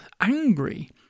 angry